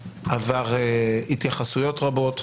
נצטרך לעשות ישיבות נוספות,